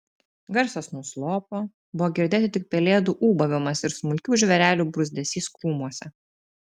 garsas nuslopo buvo girdėti tik pelėdų ūbavimas ir smulkių žvėrelių bruzdesys krūmuose